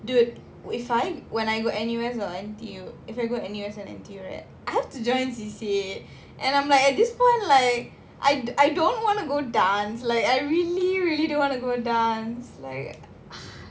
do it if I when I go N_U_S or N_U_S if I go N_U_S and N_T_U right I have to join C_C_A and I'm like at this point like I I don't want to go dance like I really really don't want to go dance leh